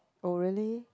oh really